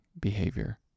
behavior